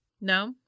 No